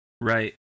Right